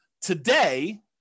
Today